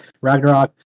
Ragnarok